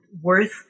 worth